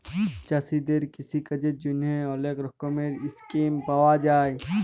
চাষীদের কিষিকাজের জ্যনহে অলেক রকমের ইসকিম পাউয়া যায়